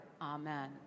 Amen